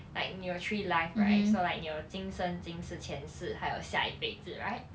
like 你有 three life right so like 你有今生今世前世还有下一辈子 right